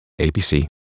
ABC